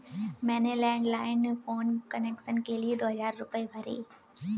मैंने landline phone connection के लिए दो हजार रुपए भरे